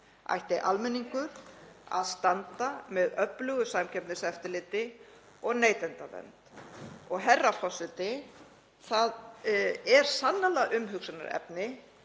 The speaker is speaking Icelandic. ætti almenningur að standa með öflugu samkeppniseftirliti og neytendavernd og, herra forseti, það er sannarlega umhugsunarefni